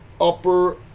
upper